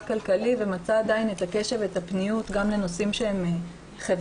כלכלי ומצא עדיין את הקשר ואת הפניות גם לנושאים שהם חברתיים,